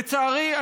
לצערי,